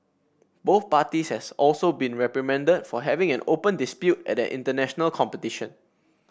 both parties has also been reprimanded for having an open dispute at an international competition